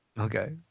Okay